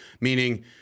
meaning